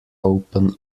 open